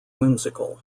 whimsical